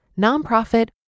nonprofit